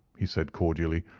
he said cordially,